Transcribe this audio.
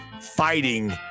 fighting